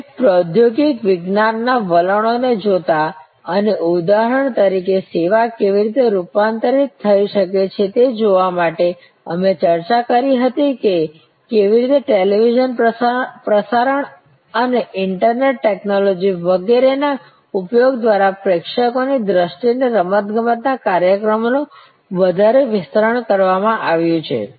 વિવિધ પ્રૌધોગિક વિજ્ઞાન ના વલણોને જોતા અને ઉદાહરણ તરીકે સેવા કેવી રીતે રૂપાંતરિત થઈ શકે છે તે જોવા માટે અમે ચર્ચા કરી હતી કે કેવી રીતે ટેલિવિઝન પ્રસારણ અને ઇન્ટરનેટ ટેક્નોલોજી વગેરેના ઉપયોગ દ્વારા પ્રેક્ષકોની દ્રષ્ટિએ રમતગમતના કાર્યક્રમોનો વધારે વિસ્તરણ કરવામાં આવ્યું છે